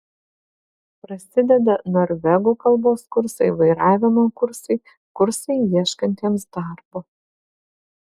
prasideda norvegų kalbos kursai vairavimo kursai kursai ieškantiems darbo